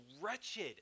wretched